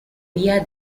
vía